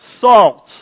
salt